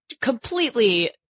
completely